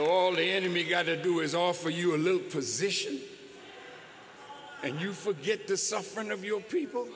all the enemy got to do is offer you a little position and you forget the suffering of your people